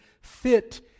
fit